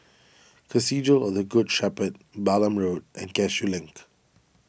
Cathedral of the Good Shepherd Balam Road and Cashew Link